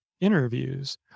interviews